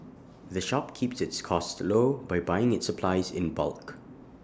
the shop keeps its costs low by buying its supplies in bulk